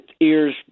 ears